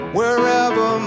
wherever